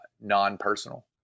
non-personal